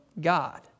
God